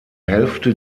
hälfte